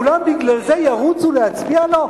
כולם בגלל זה ירוצו להצביע לו?